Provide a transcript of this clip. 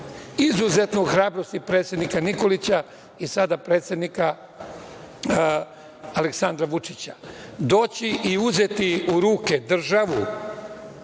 izuzetnu hrabrost i predsednika Nikolića i sada predsednika Aleksandra Vučića - doći i uzeti u ruke državu